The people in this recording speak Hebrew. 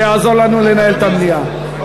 זה יעזור לנו לנהל את המליאה.